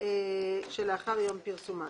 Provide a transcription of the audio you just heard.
שלאחר פרסומן.